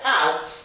out